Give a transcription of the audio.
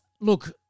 Look